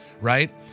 right